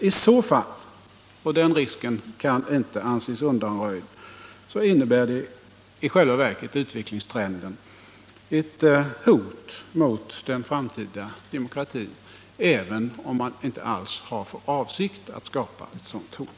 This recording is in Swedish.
I så fall — och den risken kan inte anses undanröjd — innebär utvecklingen i själva verket ett hot mot den framtida demokratin, även om man inte alls har för avsikt att skapa ett sådant hot.